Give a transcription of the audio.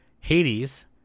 Hades